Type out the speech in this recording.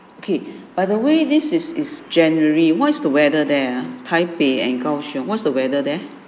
okay by the way this is is january what is the weather there ah taipei and kao siong what is the weather there